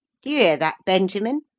hear that, benjamin?